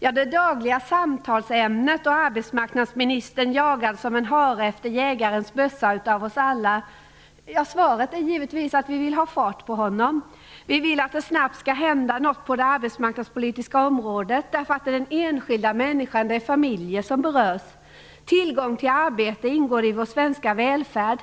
Den är det dagliga samtalsämnet, och arbetsmarknadsministern jagas som en hare efter jägarens bössa av oss alla. Svaret är givetvis att vi vill ha fart på honom. Vi vill att det snabbt skall hända något på det arbetsmarknadspolitiska området därför att det är den enskilda människan och familjerna som berörs. Tillgång till arbete ingår i vår svenska välfärd.